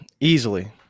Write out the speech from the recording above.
easily